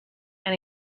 and